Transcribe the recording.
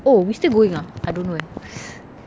oh we still going ah I don't know eh